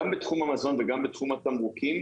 גם בתחום המזון וגם בתחום התמרוקים,